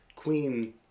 Queen